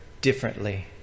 differently